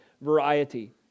variety